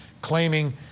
claiming